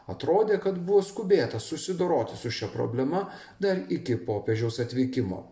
atrodė kad buvo skubėta susidoroti su šia problema dar iki popiežiaus atvykimo